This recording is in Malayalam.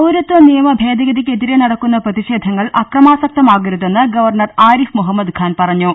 പൌരത്വ നിയമ ഭേദഗതിക്കെതിരെ നടക്കുന്ന പ്രതിഷേധങ്ങൾ ആക്രമാസക്തമാകരുതെന്ന് ഗവർണർ ആരിഫ് മുഹമ്മദ്ഖാൻ പറ ഞ്ഞു